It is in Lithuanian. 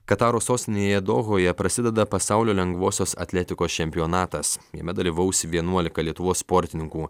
kataro sostinėje dohoje prasideda pasaulio lengvosios atletikos čempionatas jame dalyvaus vienuolika lietuvos sportininkų